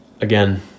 again